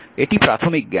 এটি প্রাথমিক জ্ঞান